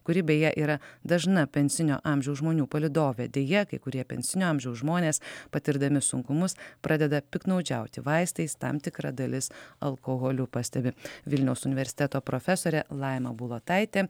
kuri beje yra dažna pensinio amžiaus žmonių palydovė deja kai kurie pensinio amžiaus žmonės patirdami sunkumus pradeda piktnaudžiauti vaistais tam tikra dalis alkoholiu pastebi vilniaus universiteto profesorė laima bulotaitė